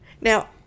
Now